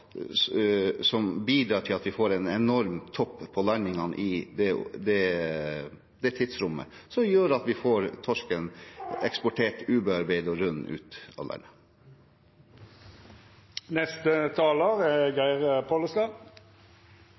som bidrar til at vi får en enorm topp i landingene i det tidsrommet, og som gjør at vi får torsken eksportert ubearbeidet og rund ut av landet. Replikkordskiftet er